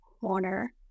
corner